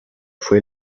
fue